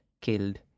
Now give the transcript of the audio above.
killed